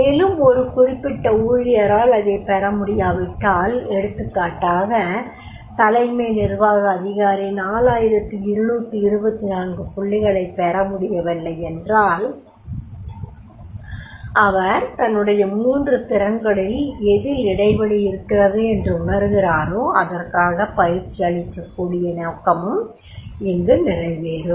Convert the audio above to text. மேலும் ஒரு குறிப்பிட்ட ஊழியரால் அதைப் பெற முடியாவிட்டால் எடுத்துக்காட்டாக தலைமை நிர்வாக அதிகாரி 4224 புள்ளிகளைப் பெற முடியவில்லை என்றால் அவர் தன்னுடைய மூன்று திறன்களில் எதில் இடைவெளி இருக்கிறது என்று உணருகிறாரோ அதற்காக பயிற்சி அளிக்கக்கூடிய நோக்கமும் இங்கு நிறைவேரும்